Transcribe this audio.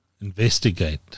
investigate